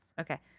Okay